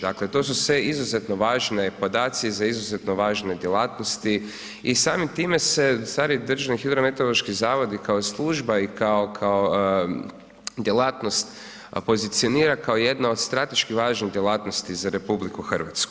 Dakle, to su sve izuzetno važne podaci za izuzetno važne djelatnosti i samim time se u stvari DHMZ i kao služba i kao djelatnost pozicionira kao jedna od strateški važnih djelatnosti za RH.